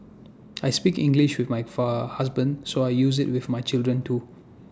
I speak English with my far husband so I use IT with my children too